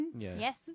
Yes